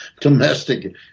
Domestic